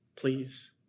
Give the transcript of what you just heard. Please